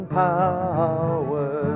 power